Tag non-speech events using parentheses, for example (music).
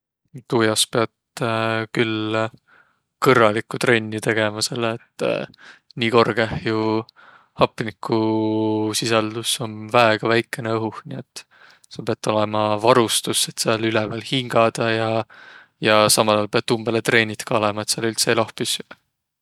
Tuu jaos piät (hesitation) küll (hesitation) kõrralikku trenni tegemä, selle et nii korgõh jo hapnigusisaldus om väega väikene õhuh. Nii, et sul piät olõma varustus, et sääl üleval hingädäq ja ja samal aol piät umbõlõ treenit ka olõma, et sääl üldse eloh püssüq.